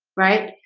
right?